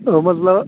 तो मतलब